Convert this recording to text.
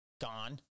Gone